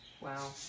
Wow